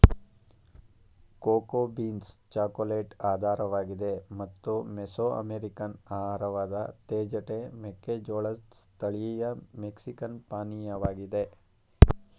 cocoa beans chocolate ಆಧಾರವಾಗಿದೆ ಮತ್ತು Mesoamerican ಆಹಾರವಾದ ತೇಜಟೆ ಮೆಕ್ಕೆಜೋಳದ್ ಸ್ಥಳೀಯ ಮೆಕ್ಸಿಕನ್ ಪಾನೀಯವಾಗಿದೆ